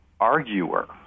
arguer